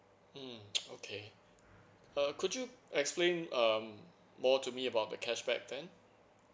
mm okay uh could you explain um more to me about the cashback then